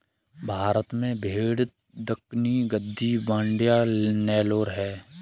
भारत में भेड़ दक्कनी, गद्दी, मांड्या, नेलोर है